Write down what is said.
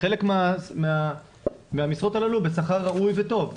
חלק מהמשרות האלה הן בשכר ראוי וטוב.